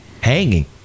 hanging